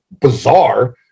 bizarre